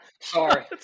Sorry